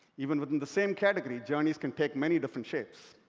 even within the same category, journeys can take many different shapes.